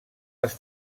els